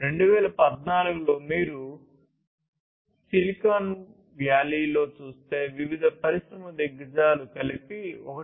2014 లో మీరు సిలికాన్ వ్యాలీలో చూస్తే వివిధ పరిశ్రమ దిగ్గజాలు కలిసి 1